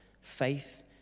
faith